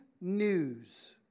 news